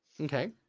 Okay